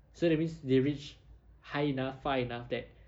so that means they reached high enough far enough that